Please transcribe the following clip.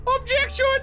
Objection